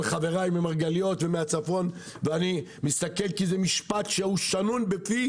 חבריי ממרגליות ומהצפון כי זה משפט ששנון בפי